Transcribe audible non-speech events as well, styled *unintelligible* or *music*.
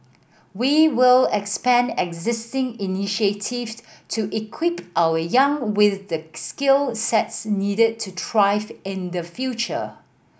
we will expand existing initiative *unintelligible* to equip our young with the skill sets needed to thrive in the future